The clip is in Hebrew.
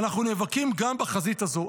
ואנחנו נאבקים גם בחזית הזו.